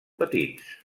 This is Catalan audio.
petits